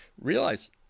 realize